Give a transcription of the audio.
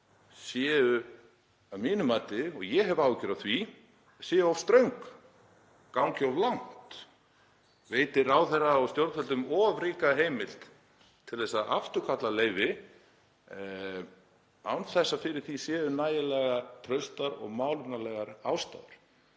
eru að mínu mati og ég hef áhyggjur af því að þau gangi of langt og veiti ráðherra og stjórnvöldum of ríka heimild til að afturkalla leyfi án þess að fyrir því séu nægilega traustar og málefnalegar ástæður.